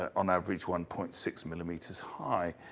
on average one point six millimeters high.